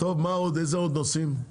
איזה עוד נושאים,